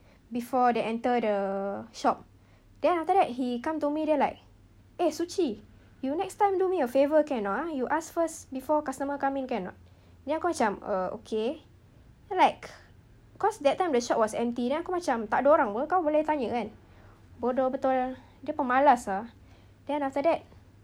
before they enter the shop then after that he come to me then like eh su qi you next time do me a favour can or not ah you ask first before customer come in can or not then aku macam uh okay like cause that time the shop was empty then aku macam tak ada orang pun kau orang boleh tanya kan bodoh betul dia pemalas ah then after that